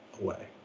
away